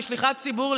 כשליחת ציבור,